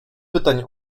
pytań